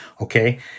okay